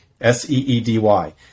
S-E-E-D-Y